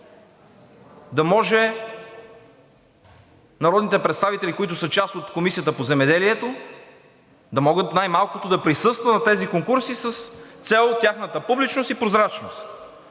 само това, народните представители, които са част от Комисията по земеделието, храните и горите, да могат най-малкото да присъстват на тези конкурси с цел тяхната публичност и прозрачност.